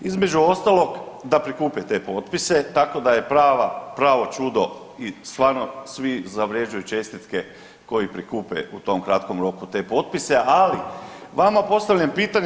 Između ostalog, da prikupe te potpise, tako da je pravo čudo i stvarno svi zavrjeđuju čestitke koji prikupe u tom kratkom roku te potpise, ali vama postavljam pitanje.